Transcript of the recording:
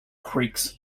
creaks